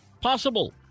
possible